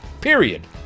period